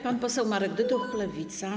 Pan poseł Marek Dyduch, Lewica.